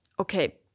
Okay